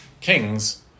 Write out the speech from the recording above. Kings